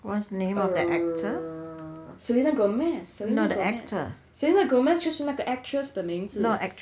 err selena gomez selena gomez selena gomez 就是那个 actress 的名字